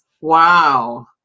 Wow